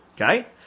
okay